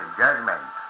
judgment